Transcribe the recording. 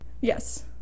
yes